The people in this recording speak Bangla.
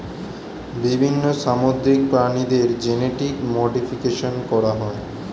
বিভিন্ন সামুদ্রিক প্রাণীদের জেনেটিক মডিফিকেশন করা হয়